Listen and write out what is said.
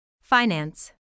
Finance